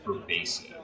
pervasive